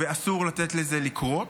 ואסור לתת לזה לקרות.